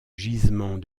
gisement